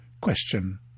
Question